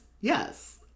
Yes